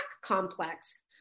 complex